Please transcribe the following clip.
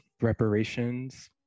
reparations